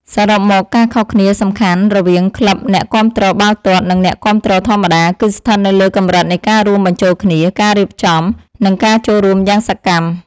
សរុបមក ការខុសគ្នាសំខាន់រវាងក្លឹបអ្នកគាំទ្របាល់ទាត់ និងអ្នកគាំទ្រធម្មតា គឺស្ថិតនៅលើកម្រិតនៃការរួមបញ្ចូលគ្នា ការរៀបចំ និងការចូលរួមយ៉ាងសកម្ម។